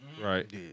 Right